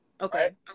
Okay